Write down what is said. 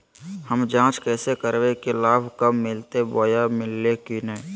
हम जांच कैसे करबे की लाभ कब मिलते बोया मिल्ले की न?